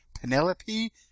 Penelope